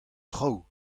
traoù